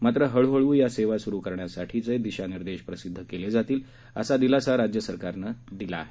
मात्र हळूहळू या सेवा सुरू करण्यासाठीचे दिशानिर्देश प्रसिद्ध केले जातील असा दिलासा राज्य सरकारने व्यक्त केला आहे